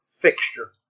fixture